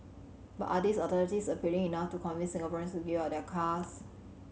but are these alternatives appealing enough to convince Singaporeans to give up their cars